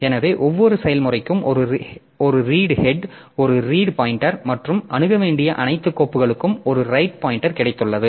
எனவே ஒவ்வொரு செயல்முறைக்கும் ஒரு ரீட் ஹெட் ஒரு ரீட் பாய்ன்டெர் மற்றும் அணுக வேண்டிய அனைத்து கோப்புகளுக்கும் ஒரு ரைட் பாய்ன்டெர் கிடைத்துள்ளது